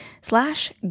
slash